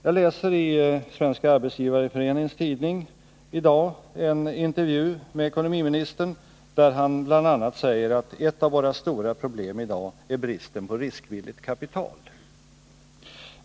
Jag läser i dag i Svenska arbetsgivareföreningens tidning en intervju med ekonomiministern, där han bl.a. säger att ett av våra stora problem är bristen på riskvilligt kapital.